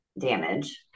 damage